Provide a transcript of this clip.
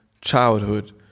childhood